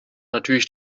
natürlich